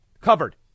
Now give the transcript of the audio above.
Covered